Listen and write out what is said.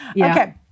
Okay